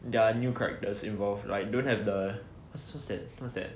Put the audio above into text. there are new characters involved like don't have the waht's what's that what's that